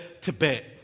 Tibet